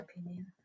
opinion